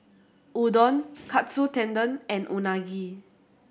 Udon Katsu Tendon and Unagi